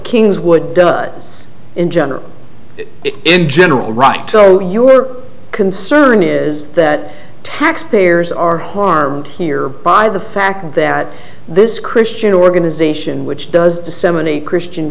does in general in general right so you were concern is that taxpayers are harmed here by the fact that this christian organization which does disseminate christian